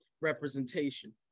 representation